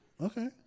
Okay